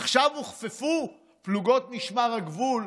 עכשיו הוכפפו פלוגות משמר הגבול,